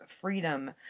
freedom